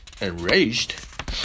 enraged